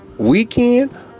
weekend